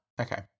Okay